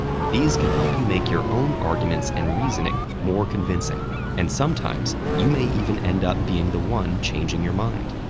um these can help you make your own arguments and reasoning more convincing and sometimes, you may even end up being the one changing your mind.